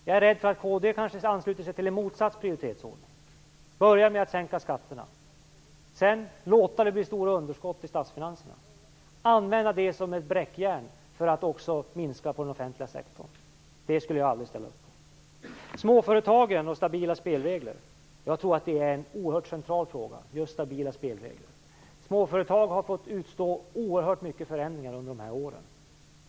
Jag är rädd för att kd ansluter sig till en motsatt prioritetsordning - att man börjar med att sänka skatterna, sedan låter det bli stora underskott i statsfinanserna och använder det som ett bräckjärn för att minska den offentliga sektorn. Det skulle jag aldrig ställa upp på. Frågan om småföretagen och stabila spelregler tror jag är oerhört central. Småföretagen har fått utstå många förändringar under de här åren.